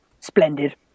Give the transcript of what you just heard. Splendid